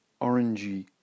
orangey